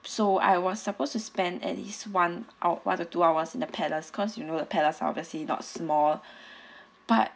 so I was supposed to spend at least one out one or the two hours in the palace cause you know the palace obviously not small but